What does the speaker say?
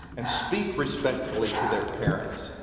and speak respectfully to their parents,